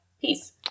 peace